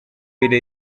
irei